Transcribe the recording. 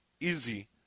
easy